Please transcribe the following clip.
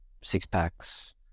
six-packs